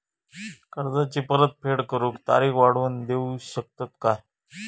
कर्जाची परत फेड करूक तारीख वाढवून देऊ शकतत काय?